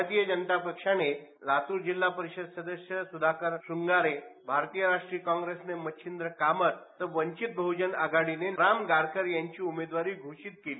भारतीय जनता पक्षाने लातूर जिल्हा परिषद सदस्य सुधाकर श्रंगारे भारतीय राष्ट्रीय काँग्रेसने मच्छिंद्र कामत तर वंचित बहुजन आघाडीने राम गारकर यांची उमेदवारी घोषित केली